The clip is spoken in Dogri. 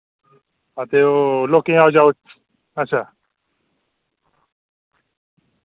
ते लोकें दी आओ जाई अच्छा